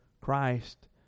Christ